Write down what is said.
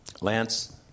lance